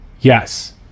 yes